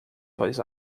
voz